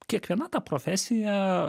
kiekviena ta profesija